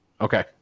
Okay